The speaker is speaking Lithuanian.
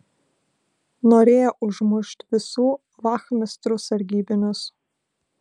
norėjo užmušt visų vachmistrų sargybinius